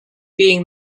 being